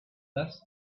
dust